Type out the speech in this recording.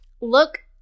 look